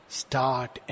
start